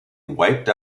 wiped